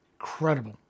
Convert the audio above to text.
incredible